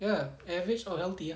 ya average or healthy ah